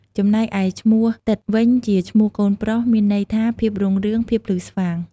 ចំណែកឯឈ្មោះទិត្យវិញជាឈ្មោះកូនប្រុស មានន័យថាភាពរុងរឿង ភាពភ្លឺស្វាង។